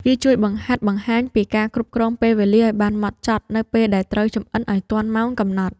វាជួយបង្ហាត់បង្ហាញពីការគ្រប់គ្រងពេលវេលាឱ្យបានហ្មត់ចត់ នៅពេលដែលត្រូវចម្អិនឱ្យទាន់ម៉ោងកំណត់។